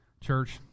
Church